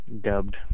dubbed